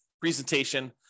presentation